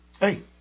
Hey